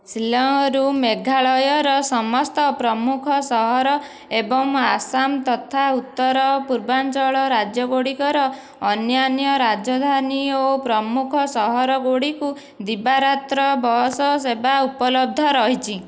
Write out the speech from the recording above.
ଶିଲଂରୁ ମେଘାଳୟର ସମସ୍ତ ପ୍ରମୁଖ ସହର ଏବଂ ଆସାମ ତଥା ଉତ୍ତର ପୂର୍ବାଞ୍ଚଳ ରାଜ୍ୟ ଗୁଡ଼ିକର ଅନ୍ୟାନ୍ୟ ରାଜଧାନୀ ଓ ପ୍ରମୁଖ ସହରଗୁଡ଼ିକୁ ଦିବାରାତ୍ର ବସ୍ ସେବା ଉପଲବ୍ଧ ରହିଛି